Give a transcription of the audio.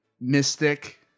mystic